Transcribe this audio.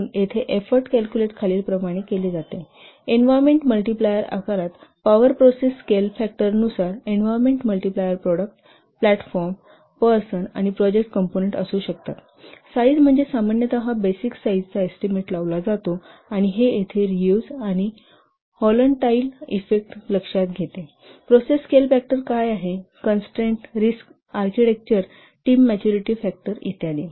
म्हणून येथे effort calculate खालीलप्रमाणे केली जाते इन्व्हायरमेंट मल्टिप्लायर आकारात पॉवर प्रोसेस स्केल फॅक्टर नुसार इन्व्हायरमेंट मल्टिप्लायर प्रॉडक्ट प्लॅटफॉर्म लोक आणि प्रोजेक्ट कंपोनंन्ट असू शकतातसाईज म्हणजे सामान्यतः बेसिक साईजचा एस्टीमेट लावला जातो आणि हे येथे रीयूज आणि हॉलंटाईल इफेक्ट लक्षात घेते प्रोसेस स्केल फॅक्टर काय आहेत constraint risk architecture team maturity factor इत्यादि